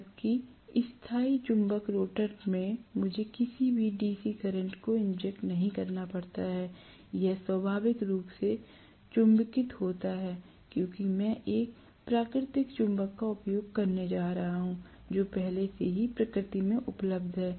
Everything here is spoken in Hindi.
जबकि स्थायी चुंबक रोटर में मुझे किसी भी डीसी करंट को इंजेक्ट नहीं करना पड़ता है यह स्वाभाविक रूप से चुंबकित होता है क्योंकि मैं एक प्राकृतिक चुंबक का उपयोग करने जा रहा हूं जो पहले से ही प्रकृति में उपलब्ध है